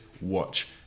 watch